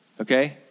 okay